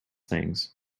things